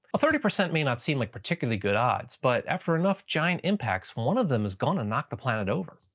thirty percent may not seem like particularly good odds, but after enough giant impacts, one of them is gonna knock the planet over.